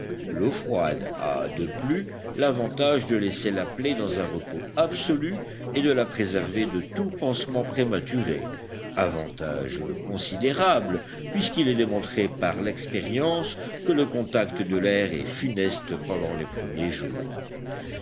l'eau froide a de plus l'avantage de laisser la plaie dans un repos absolu et de la préserver de tout pansement prématuré avantage considérable puisqu'il est démontré par l'expérience que le contact de l'air est funeste pendant les premiers jours